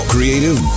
Creative